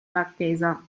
marchesa